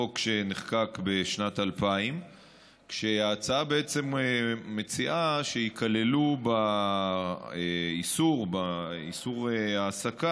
חוק שנחקק בשנת 2000. ההצעה מציעה שייכללו באיסור ההעסקה